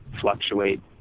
fluctuate